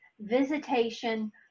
visitation